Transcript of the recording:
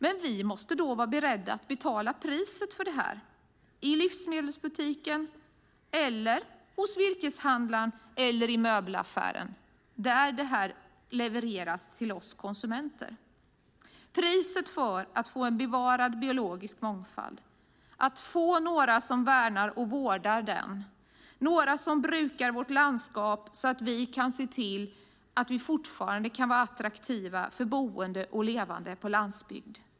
Men då måste vi vara beredda att betala priset för det - i livsmedelsbutiken, hos virkeshandlaren och i möbelaffären, alltså där det som produceras levereras till oss konsumenter. Priset för att få en bevarad biologisk mångfald är att några värnar och vårdar den, att några brukar vårt landskap så att vi fortfarande kan vara attraktiva för boende och leverne på landsbygden.